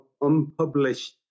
unpublished